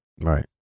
Right